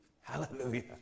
Hallelujah